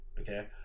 okay